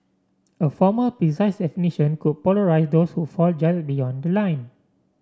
a formal precise definition could polarise those who fall just beyond the line